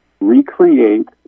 recreate